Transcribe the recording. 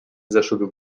zeszedł